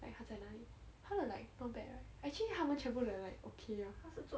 like 她在哪里她的 like not bad right actually 她们全部的 like okay lor